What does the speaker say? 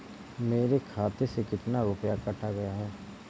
मेरे खाते से कितना रुपया काटा गया है?